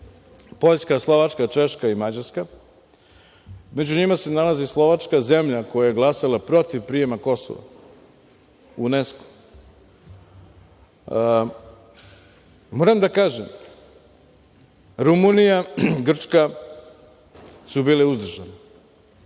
Poljska, Slovačka, Češka i Mađarska. Među njima se nalazi Slovačka, zemlja koja je glasala protiv prijema Kosova u UNESKO.Moram da kažem, Rumunija i Grčka su bile uzdržane.